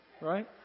right